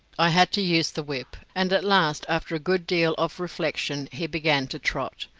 i had to use the whip, and at last after a good deal of reflection he began to trot,